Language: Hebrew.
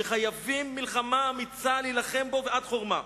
שחייבים מלחמה אמיצה להילחם בו ועד חורמה.